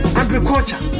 agriculture